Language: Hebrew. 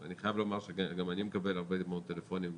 ואני חייב לומר שגם אני מקבל הרבה מאוד טלפונים מסטודנטים,